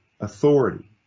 authority